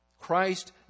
Christ